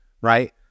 right